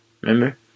remember